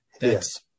Yes